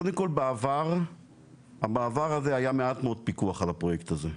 קודם כל בעבר היה מעט מאוד פיקוח על הפרויקט הזה,